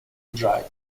drive